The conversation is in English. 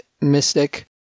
mystic